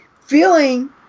feeling